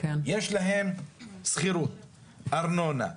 יש להם שכירות, ארנונה,